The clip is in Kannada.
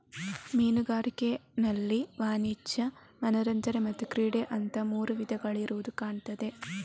ಮೀನುಗಾರಿಕೆನಲ್ಲಿ ವಾಣಿಜ್ಯ, ಮನರಂಜನೆ ಮತ್ತೆ ಕ್ರೀಡೆ ಅಂತ ಮೂರು ವಿಧಗಳಿರುದು ಕಾಣ್ತದೆ